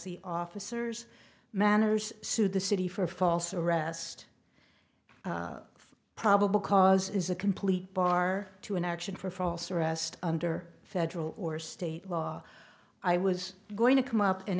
the officers managers sued the city for false arrest probable cause is a complete bar to an action for false arrest under federal or state law i was going to come up and